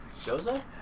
Joseph